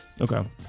Okay